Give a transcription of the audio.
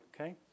okay